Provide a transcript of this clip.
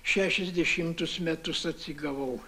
šešiasdešimtus metus atsigavau